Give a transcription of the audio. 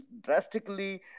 drastically